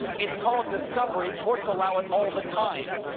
it's called discovery. courts allow it all the time!